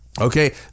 Okay